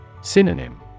Synonym